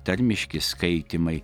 tarmiški skaitymai